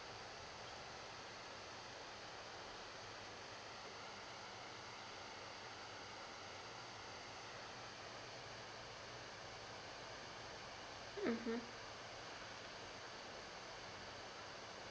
mmhmm